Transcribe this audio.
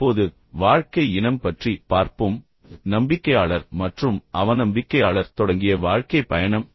இப்போது வாழ்க்கை இனம் பற்றி பார்ப்போம் நம்பிக்கையாளர் மற்றும் அவநம்பிக்கையாளர் தொடங்கிய வாழ்க்கைப் பயணம்